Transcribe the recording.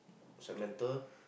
Samantha